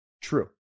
True